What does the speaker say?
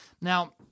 Now